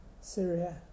Syria